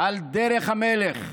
על דרך המלך.